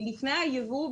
לפני הייבוא,